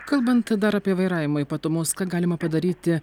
kalbant dar apie vairavimo ypatumus ką galima padaryti